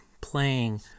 playing